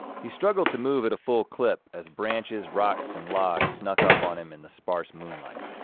he struggled to move at a full clip as branches, rocks, and logs snuck up on him in the sparse moonlight.